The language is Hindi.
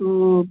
तो